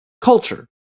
culture